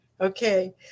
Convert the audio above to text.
Okay